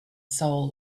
soul